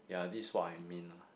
yeah this is what I mean lah